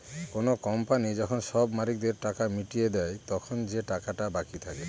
কোনো কোম্পানি যখন সব মালিকদের টাকা মিটিয়ে দেয়, তখন যে টাকাটা বাকি থাকে